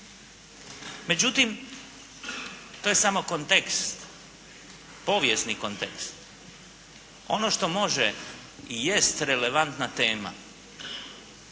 Međutim, to je samo kontekst, povijesni kontekst. Ono što može i jest relevantna tema